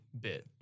bit